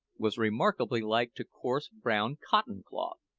was remarkably like to coarse brown cotton cloth.